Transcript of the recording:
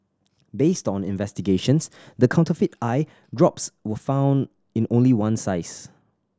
based on investigations the counterfeit eye drops were found in only one size